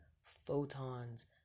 Photons